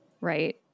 right